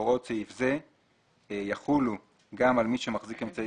הוראות סעיף זה יחולו גם על מי שמחזיק אמצעי